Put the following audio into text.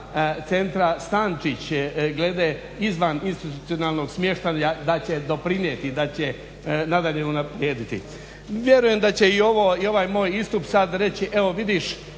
centra Stančić glede izvan institucionalnog smještaja, da će doprinijeti i da će nadalje unaprijediti. Vjerujem da će i ovo, ovaj moj istup sad reći evo vidiš